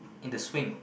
in the swing